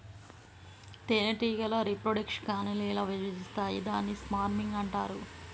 తేనెటీగ reproduction colony ల విభజిస్తాయి దాన్ని స్వర్మింగ్ అంటారు